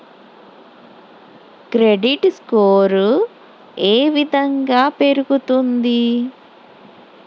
Credit score ఏ విధంగా పెరుగుతుంది?